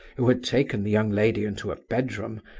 who had taken the young lady into a bedroom,